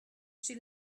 she